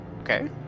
okay